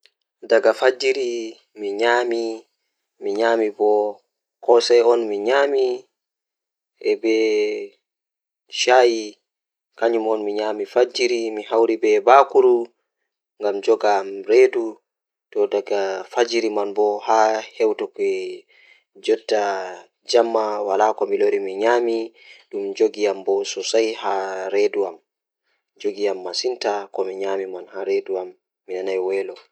Ngoo mi ñaamii ngoo ko haako e ndiyam. Ko haako ɗuum no dartii sembe, saafaraaji, e feere baasal sooyre e puccu ɗoo njondii e saafaraaji. Ko ɓurɗe noon njeyaa e jantere saafaraaji ɗuum.